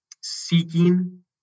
seeking